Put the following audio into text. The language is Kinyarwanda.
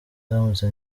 ndamutse